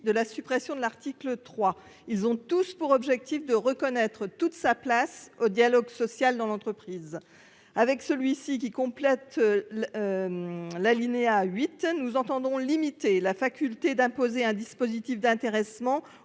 de la suppression de l'article 3. Ils ont pour objet de reconnaître toute sa place au dialogue social dans l'entreprise. Celui-ci vise à compléter l'alinéa 8 pour limiter la faculté d'imposer un dispositif d'intéressement